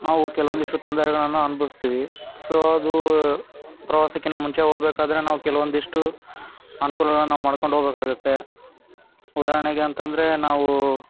ನಾವು ಕೆಲವೊಂದಿಷ್ಟು ತೊಂದರೆಗಳನ್ನು ಅನುಭವಿಸ್ತೀವಿ ಸೊ ಅದು ಪ್ರವಾಸಕ್ಕಿಂತ ಮುಂಚೆ ಹೋಗ್ಬೇಕಾದ್ರೆ ನಾವು ಕೆಲವೊಂದಿಷ್ಟು ಅನುಕೂಲಗಳನ್ನ ನಾವು ಮಾಡ್ಕೊಂಡು ಹೋಗ್ಬೇಕಾಗುತ್ತೆ ಉದಾಹರಣೆಗೆ ಅಂತ ಅಂದ್ರೆ ನಾವೂ